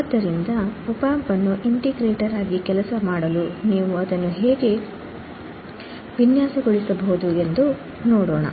ಆದ್ದರಿಂದ ಓಪ್ಯಾಂಪ್ ಅನ್ನು ಇಂಟಿಗ್ರೇಟರ್ ಆಗಿ ಕೆಲಸ ಮಾಡಲು ನೀವು ಇಂಟಿಗ್ರೇಟರ್ ಅನ್ನು ಹೇಗೆ ವಿನ್ಯಾಸಗೊಳಿಸಬಹುದು ಎಂದು ನೋಡೋಣ